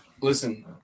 Listen